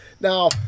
now